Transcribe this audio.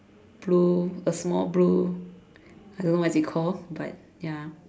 blue a small blue I don't know what is it called but ya